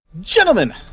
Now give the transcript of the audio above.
Gentlemen